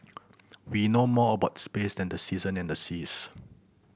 we know more about space than the season and the seas